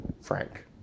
Frank